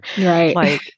right